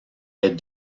est